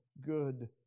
good